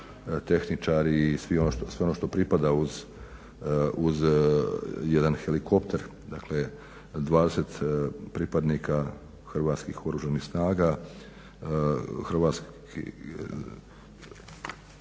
tehničari i sve ono što pripada uz jedan helikopter. Dakle, 20 pripadnika Hrvatskih oružanih snaga, hrvatskih